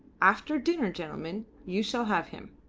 after dinner, gentlemen, you shall have him.